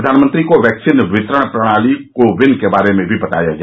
प्रधानमंत्री को वैक्सीन वितरण प्रबंधन प्रणाली को विन के बारे में भी बताया गया